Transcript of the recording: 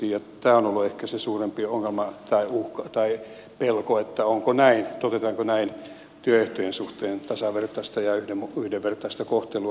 tämä on ollut ehkä se suurempi ongelma tai pelko että onko näin toteutetaanko näin työehtojen suhteen tasavertaista ja yhdenvertaista kohtelua